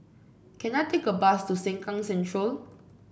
can I take a bus to Sengkang Central